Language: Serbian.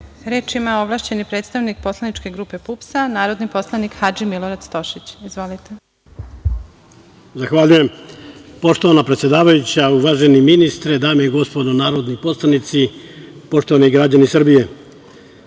ima ovlašćeni predstavnik poslaničke grupe PUPS, narodni poslanik Hadži Milorad Stošić. Izvolite. **Hadži Milorad Stošić** Zahvaljujem. Poštovana predsedavajuća, uvaženi ministre, dame i gospodo narodni poslanici, poštovani građani Srbije,